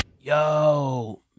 Yo